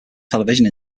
television